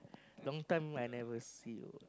long time I never see you